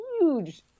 huge